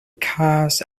cars